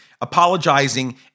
Apologizing